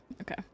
okay